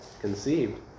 conceived